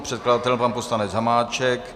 Předkladatelem je pan poslanec Hamáček.